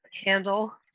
handle